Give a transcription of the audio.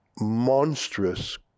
monstrous